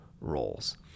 roles